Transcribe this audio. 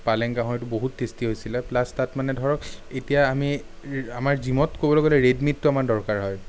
পালেং গাহৰিটো বহুত টেষ্টি হৈছিলে প্লাছ তাত মানে ধৰক এতিয়া আমি আমাৰ জিমত ক'বলৈ গ'লে ৰেড মিটটো আমাৰ দৰকাৰ হয়